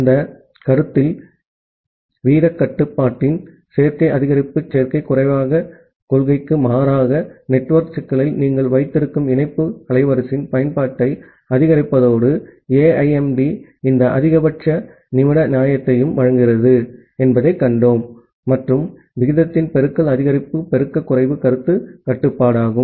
அந்த கருத்தில் வீதக் கட்டுப்பாட்டின் சேர்க்கை அதிகரிப்பு சேர்க்கை குறைவுக் கொள்கைக்கு மாறாக நெட்வொர்க் சிக்கலில் நீங்கள் வைத்திருக்கும் இணைப்பு அலைவரிசையின் பயன்பாட்டை அதிகரிப்பதோடு AIMD இந்த அதிகபட்ச நிமிட நியாயத்தையும் வழங்குகிறது என்பதைக் கண்டோம் மற்றும் விகிதத்தின் பெருக்கல் அதிகரிப்பு பெருக்கக் குறைவு கருத்து கட்டுப்பாடு ஆகும்